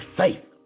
faith